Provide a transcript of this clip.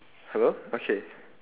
hello okay